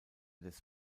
des